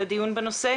לדיון בנושא,